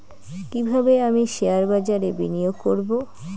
কিভাবে আমি শেয়ারবাজারে বিনিয়োগ করবে?